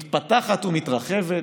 מתפתחת ומתרחבת,